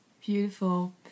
beautiful